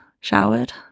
showered